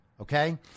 okay